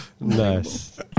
Nice